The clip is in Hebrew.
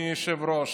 אדוני היושב-ראש,